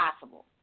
possible